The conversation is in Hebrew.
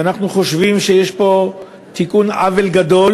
אנחנו חושבים שיש פה תיקון עוול גדול